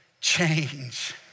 change